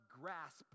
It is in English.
grasp